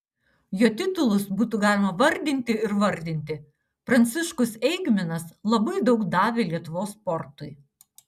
jo titulus būtų galima vardinti ir vardinti pranciškus eigminas labai daug davė lietuvos sportui